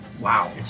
Wow